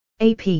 AP